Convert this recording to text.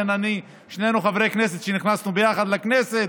שנינו חברי כנסת, נכנסנו יחד לכנסת,